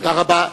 תודה רבה.